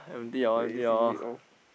crazy read off